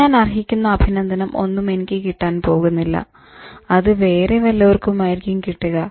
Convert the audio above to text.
ഞാൻ അർഹിക്കുന്ന അഭിനന്ദനം ഒന്നും എനിക്ക് കിട്ടാൻ പോകുന്നില്ല അത് വേറെ വല്ലോർക്കും ആയിരിക്കും കിട്ടുക